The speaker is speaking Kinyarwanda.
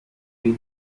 uri